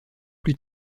plus